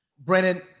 Brennan